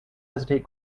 hesitate